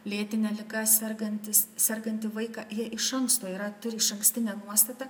lėtine liga sergantis sergantį vaiką jie iš anksto yra turi išankstinę nuostatą